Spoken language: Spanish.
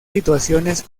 situaciones